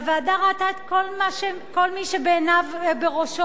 והוועדה ראתה את כל מה שכל מי שעיניו בראשו